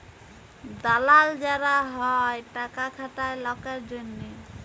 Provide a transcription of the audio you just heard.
দালাল যারা হ্যয় টাকা খাটায় লকের জনহে